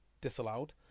disallowed